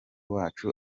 wacu